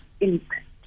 impact